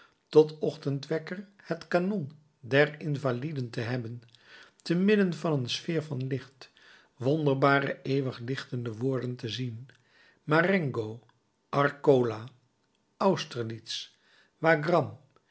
tot ochtendwekker het kanon der invaliden te hebben te midden van een sfeer van licht wonderbare eeuwiglichtende woorden te zien marengo arcola austerlitz